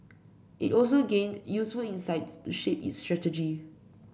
it also gained useful insights to shape its strategy